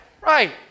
Right